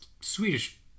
Swedish